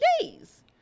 days